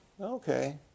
Okay